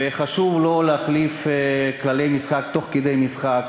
וחשוב לא להחליף כללי משחק תוך כדי משחק,